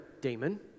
demon